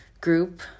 group